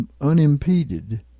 unimpeded